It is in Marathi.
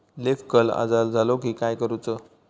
लीफ कर्ल आजार झालो की काय करूच?